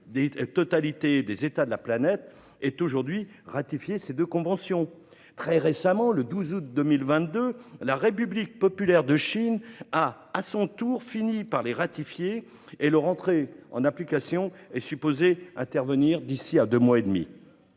quasi-totalité des États de la planète aient aujourd'hui ratifié ces deux conventions. Très récemment, le 12 août 2022, la République populaire de Chine a, à son tour, fini par les ratifier, et leur entrée en application dans ce pays est supposée intervenir d'ici à deux mois et demi.